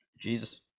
Jesus